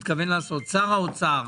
שר האוצר,